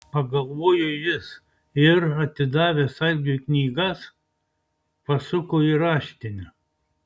pagalvojo jis ir atidavęs algiui knygas pasuko į raštinę